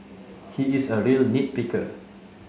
he is a real nit picker